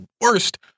worst